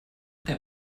der